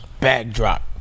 backdrop